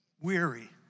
weary